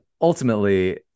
ultimately